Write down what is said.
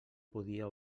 podia